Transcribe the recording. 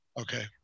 Okay